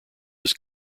was